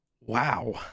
Wow